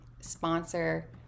sponsor